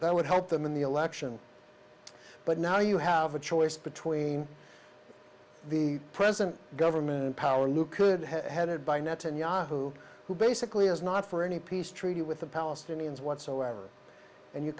that would help them in the election but now you have a choice between the present government in power lou could have headed by netanyahu who basically is not for any peace treaty with the palestinians whatsoever and you